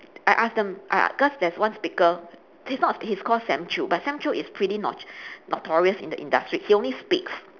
I ask them I because there's one speaker he's not he's called sam chew but sam chew is pretty not~ notorious in the industry he only speaks